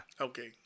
Okay